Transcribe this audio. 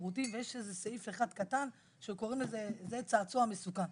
ושירותים ויש איזה סעיף אחד קטן שקוראים לזה צעצוע מסוכן.